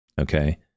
okay